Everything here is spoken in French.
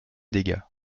dégâts